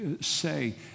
say